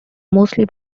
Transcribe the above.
mostly